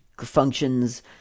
functions